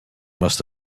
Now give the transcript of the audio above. must